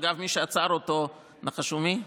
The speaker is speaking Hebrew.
אגב, מי שעצר אותו, נחשו מי?